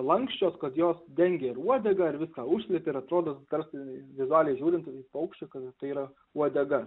lanksčios kad jos dengia ir uodegą ir viską užslepia ir atrodo tarsi vizualiai žiūrint į paukščių kada tai yra uodega